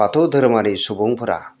बाथौ धोरोमारि सुबुंफोरा